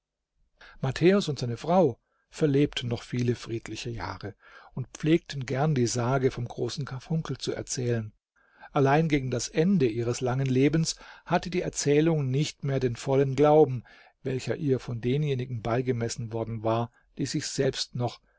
matthäus und seine frau verlebten noch viele friedliche jahre und pflegten gern die sage vom großen karfunkel zu erzählen allein gegen das ende ihres langen lebens hatte die erzählung nicht mehr den vollen glauben welcher ihr von denjenigen beigemessen worden war die sich selbst noch